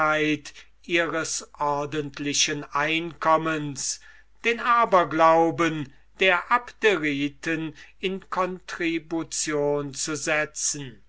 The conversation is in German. ihres ordentlichen einkommens den aberglauben der abderiten in contribution zu setzen